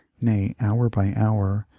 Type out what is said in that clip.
nay hour by hour,